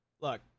Look